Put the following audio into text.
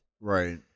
Right